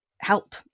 help